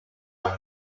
are